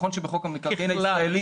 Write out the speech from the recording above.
ככלל.